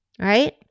right